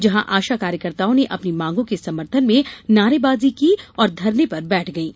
जहां आशा कार्यकर्ताओं ने अपनी मांगो के समर्थन में नारेबाजी की और धरना पर बैठ गयी